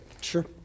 Sure